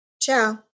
ciao